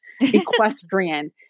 Equestrian